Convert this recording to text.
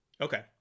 okay